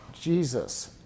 Jesus